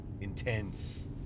intense